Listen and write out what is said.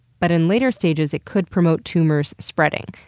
but in later stages, it could promote tumors spreading.